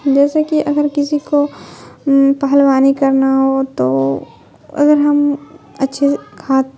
جیسے کہ اگر کسی کو پہلوانی کرنا ہو تو اگر ہم اچھے کھاد